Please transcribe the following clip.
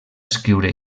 escriure